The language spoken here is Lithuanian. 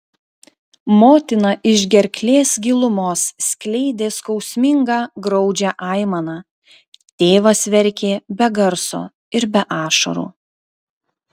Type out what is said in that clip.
motina iš gerklės gilumos skleidė skausmingą graudžią aimaną tėvas verkė be garso ir be ašarų